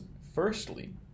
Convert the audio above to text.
firstly